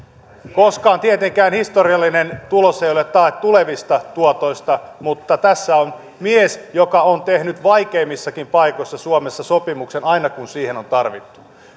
koskaan tietenkään historiallinen tulos ei ole tae tulevista tuotoista mutta tässä on mies joka on tehnyt vaikeimmissakin paikoissa suomessa sopimuksen aina kun se on tarvittu